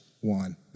one